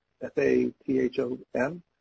F-A-T-H-O-M